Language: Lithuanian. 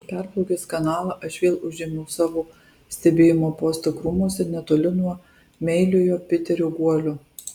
perplaukęs kanalą aš vėl užėmiau savo stebėjimo postą krūmuose netoli nuo meiliojo piterio guolio